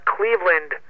Cleveland